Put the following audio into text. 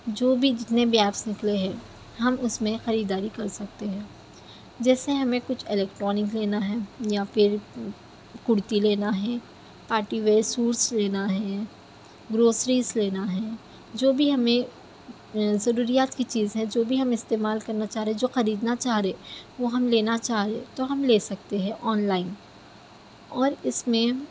جو بھی جتنے بھی ایپس نکلے ہیں ہم اس میں خریداری کر سکتے ہیں جیسے ہمیں کچھ الکٹرانک لینا ہے یا پھر کرتی لینا ہے پارٹی ویئر سوٹس لینا ہے گروسریز لینا ہے جو بھی ہمیں ضروریات کی چیز ہے جو بھی ہم استعمال کرنا چاہ رہے ہیں جو خریدنا چاہ رہے وہ ہم لینا چاہ رہے تو ہم لے سکتے ہیں آن لائن اور اس میں